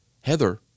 Heather